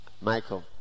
Michael